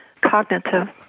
cognitive